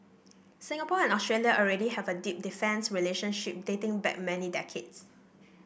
Singapore and Australia already have a deep defence relationship dating back many decades